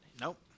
Nope